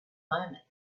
moment